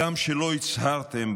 הגם שלא הצהרתם,